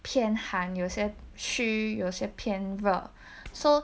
偏寒有些虚有些偏热 so